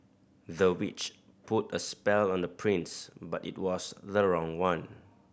the witch put a spell on the prince but it was the wrong one